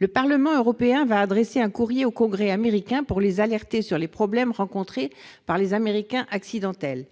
Le Parlement européen va adresser un courrier au Congrès américain pour l'alerter sur les problèmes rencontrés par les Américains accidentels.